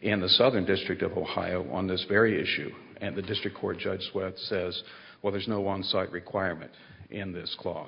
in the southern district of ohio on this very issue and the district court judge sweat says well there's no on site requirements in this cla